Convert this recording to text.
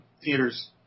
theaters